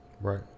Right